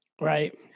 Right